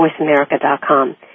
voiceamerica.com